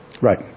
Right